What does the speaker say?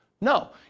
No